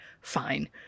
fine